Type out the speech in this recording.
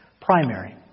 Primary